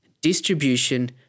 distribution